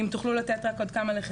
העברת בסמ"ח (בית הספר למקצועות המחשב והסייבר)